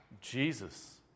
Jesus